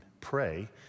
pray